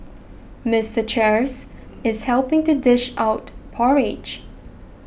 Mister Charles is helping to dish out porridge